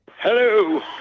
Hello